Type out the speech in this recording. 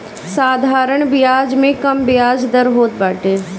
साधारण बियाज में कम बियाज दर होत बाटे